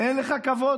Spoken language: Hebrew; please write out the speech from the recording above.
אין לך כבוד?